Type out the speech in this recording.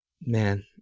Man